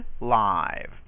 live